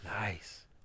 Nice